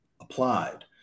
applied